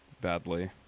badly